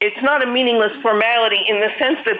it's not a meaningless formality in the sense that